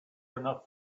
enough